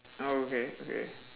oh okay okay